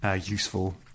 useful